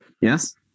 Yes